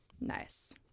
Nice